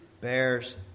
bears